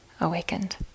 awakened